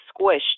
squished